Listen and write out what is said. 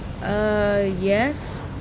yes